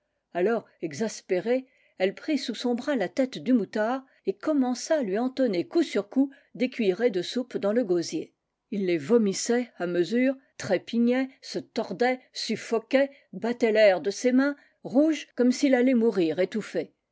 alors exaspérée elle prit sous son bras la tête du moutard et commença à lui entonner coup sur coup des cuillerées de soupe dans le gosier il les omissait à mesure trépignait se tordait suffoquait battait l'air de ses mains rouge comme s'il allait mourir étouffe